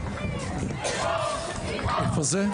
(צופים בסרטון) איפה זה?